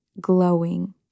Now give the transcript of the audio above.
glowing